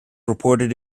reported